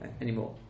anymore